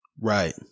Right